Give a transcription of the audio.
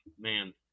Man